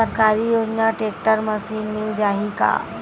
सरकारी योजना tractor machine मिल जाही का?